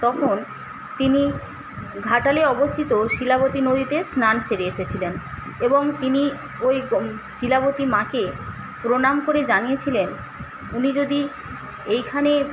তখন তিনি ঘাটালে অবস্থিত শিলাবতী নদীতে স্নান সেরে এসেছিলেন এবং তিনি ওই শিলাবতী মাকে প্রণাম করে জানিয়েছিলেন উনি যদি এখানে